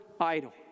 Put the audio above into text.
idol